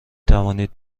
توانید